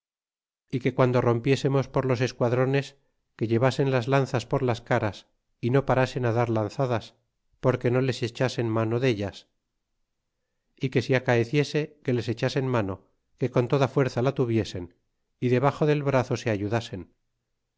y que guando rompiésemos por los esquadrones que llevasen las lanzas por las caras y no parasen dar lanzadas porque no les echasen mano dellas y que si acaeciese que les echasen mano que con toda fuerza la tuviesen y debaxo del brazo se ayudasen